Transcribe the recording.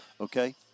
okay